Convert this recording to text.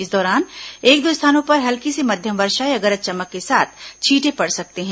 इस दौरान एक दो स्थानों पर हल्की से मध्यम वर्षा या गरज चमक के साथ छींटे पड़ सकती हैं